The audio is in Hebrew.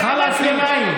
חלאס, מאי.